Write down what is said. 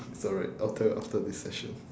so right after after this session